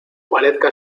parezca